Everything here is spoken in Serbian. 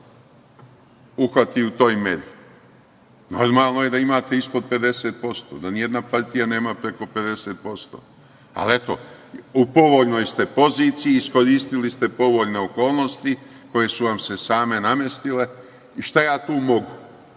uhvati u toj meri. Normalno je da imate ispod 50%, da ni jedna partija nema preko 50%. Ali, eto, u povoljnoj ste poziciji, iskoristili ste povoljne okolnosti koje su vam se same namestile i šta ja tu mogu?